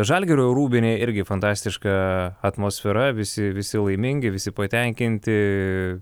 žalgirio rūbinėj irgi fantastiška atmosfera visi visi laimingi visi patenkinti